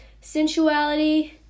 sensuality